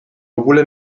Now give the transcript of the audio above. ogóle